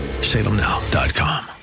SalemNow.com